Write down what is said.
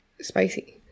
spicy